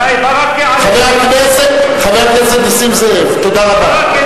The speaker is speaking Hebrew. די, ברכה, חבר הכנסת נסים זאב, תודה רבה.